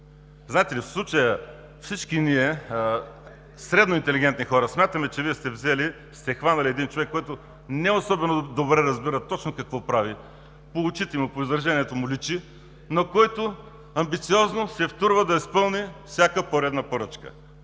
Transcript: в случая всички ние, средно интелигентни хора, смятаме, че Вие сте хванали един човек, който не разбира особено добре точно какво прави – по очите му, по изражението му личи, но който амбициозно се втурва да изпълни всяка поредна поръчка.